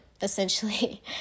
essentially